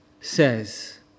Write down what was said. says